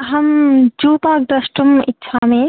अहं zoo park द्रष्टुम् इच्छामि